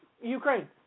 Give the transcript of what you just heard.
Ukraine